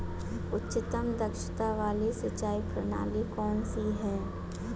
उच्चतम दक्षता वाली सिंचाई प्रणाली कौन सी है?